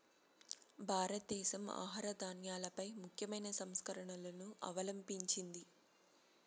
భారతదేశం ఆహార ధాన్యాలపై ముఖ్యమైన సంస్కరణలను అవలంభించింది